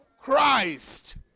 christ